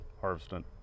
harvesting